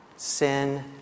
Sin